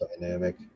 dynamic